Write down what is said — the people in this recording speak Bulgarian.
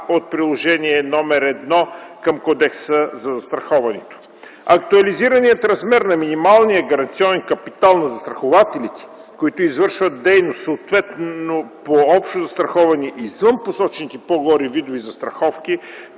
от Приложение № 1 към Кодекса за застраховането. Актуализираният размер на минималния гаранционен капитал на застрахователите, които извършват дейност съответно по общо застраховане извън посочените по-горе видове застраховки,